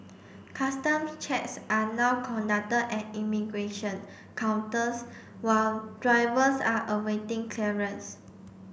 customs checks are now conducted at immigration counters while drivers are awaiting clearance